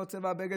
לא על צבע הבגד,